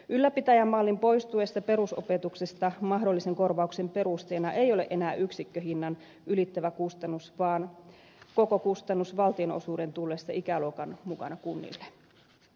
ylläpitäjämallin poistuessa perusopetuksesta mahdollisen korvauksen perusteena ei ole enää yksikköhinnan ylittävä kustannus vaan koko kustannus valtionosuuden tullessa ikäluokan mukana kunnille